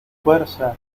fuerza